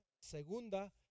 segunda